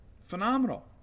phenomenal